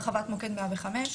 הרחבת מוקד 105,